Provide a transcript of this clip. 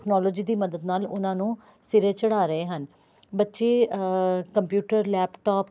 technology ਦੀ ਮਦਦ ਨਾਲ ਉਹਨਾਂ ਨੂੰ ਸਿਰੇ ਚੜ੍ਹਾ ਰਹੇ ਹਨ ਬੱਚੇ ਕੰਪਿਊਟਰ ਲੈਪਟਾਪ